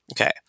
Okay